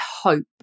hope